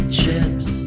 chips